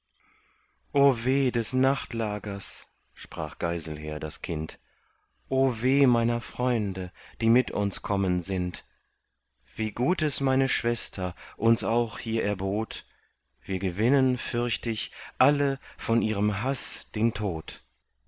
weh des nachtlagers sprach geiselher das kind und weh meiner freunde die mit uns kommen sind wie gut es meine schwester uns auch hier erbot wir gewinnen fürcht ich alle von ihrem haß den tod